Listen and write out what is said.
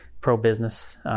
pro-business